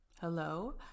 hello